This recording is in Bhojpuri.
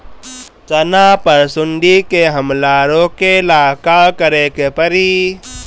चना पर सुंडी के हमला रोके ला का करे के परी?